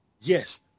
Yes